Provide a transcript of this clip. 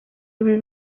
ibi